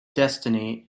destiny